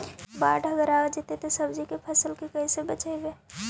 बाढ़ अगर आ जैतै त सब्जी के फ़सल के कैसे बचइबै?